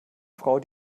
frau